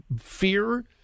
fear